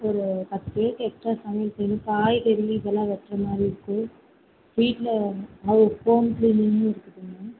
ஒரு பத்துப் பேருக்கு எக்ஸ்ட்ரா சமையல் செய்யணும் காய்கறி இதெல்லாம் வெட்டுற மாதிரி இருக்குது வீட்டில் ஹோம் கிளீனிங்கும் இருக்குதுங்க